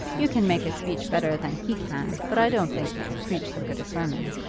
you can make a speech better than he can, but i don't think you could preach so good a sermon.